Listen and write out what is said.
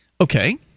Okay